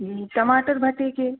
जी टमाटर भट्टे के